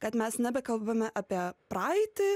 kad mes nebekalbame apie praeitį